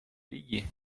лиги